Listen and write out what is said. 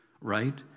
Right